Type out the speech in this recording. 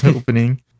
opening